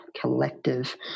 collective